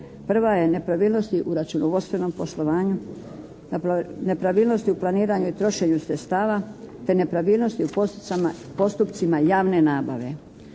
Prva je nepravilnost u računovodstvenom poslovanju. Zapravo nepravilnosti u neplaniranju i trošenju sredstava te nepravilnosti u postupcima javne nabave.